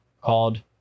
called